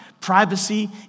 Privacy